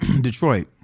Detroit